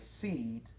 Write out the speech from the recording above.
seed